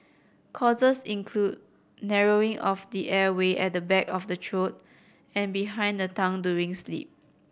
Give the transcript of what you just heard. causes include narrowing of the airway at the back of the throat and behind the tongue during sleep